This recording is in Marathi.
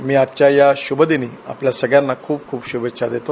मी आजच्या या शुभदिनी आपल्या सर्वांना खूप खूप शुभेच्छा देतो